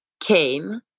came